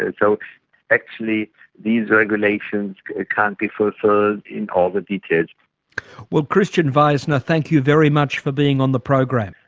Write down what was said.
ah so actually these regulations can't be fulfilled in all the details. well christian weisner, thank you very much for being on the program.